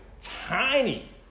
tiny